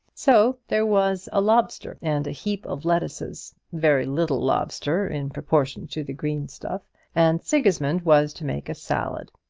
so there was a lobster and a heap of lettuces very little lobster in proportion to the green-stuff and sigismund was to make a salad.